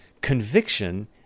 Conviction